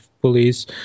police